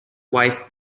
wife